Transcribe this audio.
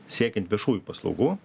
siekiant viešųjų paslaugų